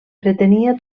pretenia